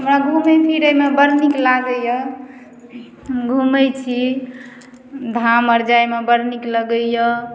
हमरा घुमय फिरयमे बड़ नीक लागइए घुमय छी काँवर जाइमे बड़ नीक लगइए